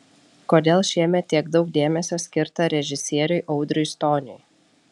kodėl šiemet tiek daug dėmesio skirta režisieriui audriui stoniui